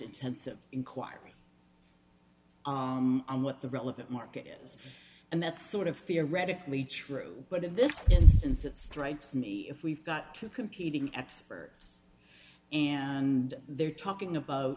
intensive inquiry on what the relevant market is and that's sort of theoretically true but in this sense it strikes me if we've got two competing experts and they're talking about